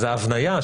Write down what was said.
אז ההבניה,